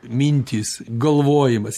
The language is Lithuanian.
mintys galvojimas